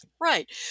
Right